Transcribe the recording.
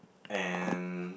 and